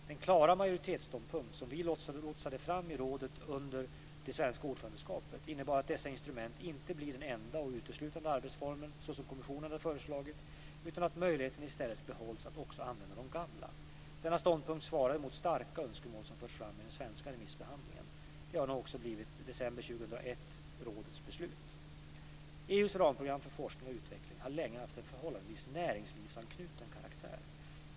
Den klara majoritetsståndpunkt, som vi lotsade fram i rådet under det svenska ordförandeskapet, innebar att dessa instrument inte blir den enda och uteslutande arbetsformen så som kommissionen föreslagit utan att möjligheten i stället behålls att också använda de gamla. Denna ståndpunkt svarade mot starka önskemål som förts fram i den svenska remissbehandlingen. Detta har nu också i december 2001 blivit rådets beslut. EU:s ramprogram för forskning och utveckling har länge haft en förhållandevis näringslivsanknuten karaktär.